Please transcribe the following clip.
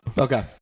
okay